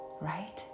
right